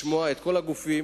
לשמוע את כל הגופים,